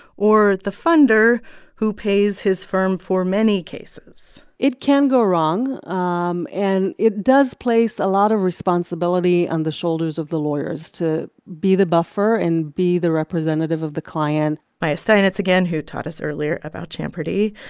or the funder who pays his firm for many cases? it can go wrong. um and it does place a lot of responsibility on the shoulders of the lawyers to be the buffer and be the representative of the client maya steinitz again, who taught us earlier about champerty.